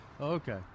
Okay